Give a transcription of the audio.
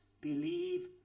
believe